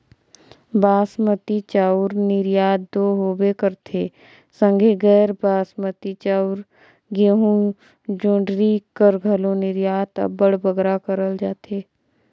बासमती चाँउर कर निरयात दो होबे करथे संघे गैर बासमती चाउर, गहूँ, जोंढरी कर घलो निरयात अब्बड़ बगरा करल जाथे